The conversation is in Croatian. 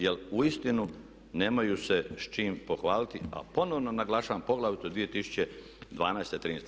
Jer uistinu nemaju se s čime pohvaliti a ponovno naglašavam, poglavito 2012., '13.